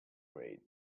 grade